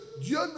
Dieu